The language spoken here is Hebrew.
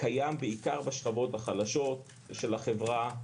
קיים בעיקר בשכבות החלשות של החברה,